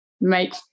make